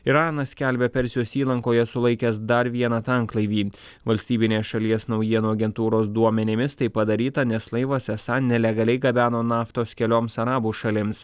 iranas skelbia persijos įlankoje sulaikęs dar vieną tanklaivį valstybinės šalies naujienų agentūros duomenimis tai padaryta nes laivas esą nelegaliai gabeno naftos kelioms arabų šalims